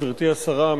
גברתי השרה,